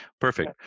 Perfect